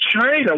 China